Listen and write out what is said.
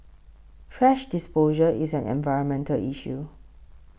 thrash disposal is an environmental issue